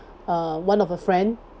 uh one of a friend